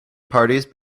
parties